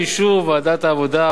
באישור ועדת העבודה,